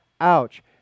ouch